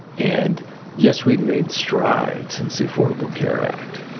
and yes, we've made strides since the affordable care act,